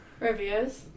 reviews